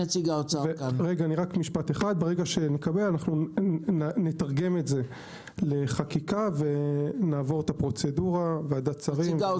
ברגע שנקבל נתרגם את לחקיקה ונעבור את הפרוצדורה של ועדת שרים וכו'.